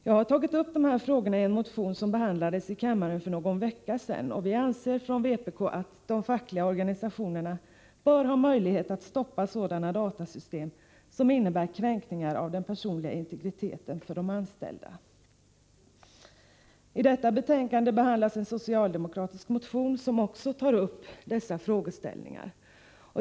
Jag har tagit upp de här frågorna i en motion, som behandlades i kammaren för någon vecka sedan. Vi anser i vpk att de fackliga organisationerna bör ha möjlighet att stoppa sådana datasystem som innebär kränkningar av den personliga integriteten för de anställda. I detta betänkande behandlas en socialdemokratisk motion, som också tar upp dessa frågeställningar.